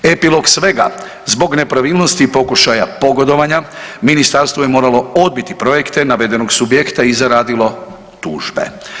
Epilog svega zbog nepravilnosti i pokušaja pogodovanja ministarstvo je moralo odbiti projekte navedenog subjekta i zaradilo tužbe.